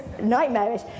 nightmarish